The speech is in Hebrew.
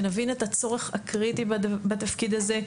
שנבין את הצורך הקריטי בתפקיד הזה,